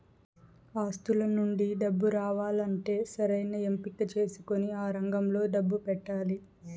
ఆస్తుల నుండి డబ్బు రావాలంటే సరైన ఎంపిక చేసుకొని ఆ రంగంలో డబ్బు పెట్టాలి